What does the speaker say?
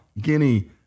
Guinea